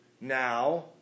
Now